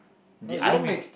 did I mix